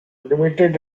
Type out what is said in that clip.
limited